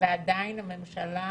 ועדיין הממשלה